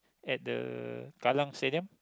at the Kallang Stadium